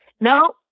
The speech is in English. No